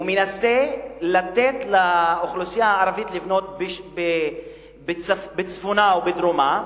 ומנסה לתת לאוכלוסייה הערבית לבנות בצפונה ובדרומה.